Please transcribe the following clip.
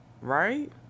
right